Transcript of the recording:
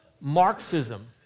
Marxism